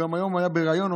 והיום הוא גם התראיין,